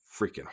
freaking